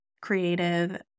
creative